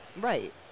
Right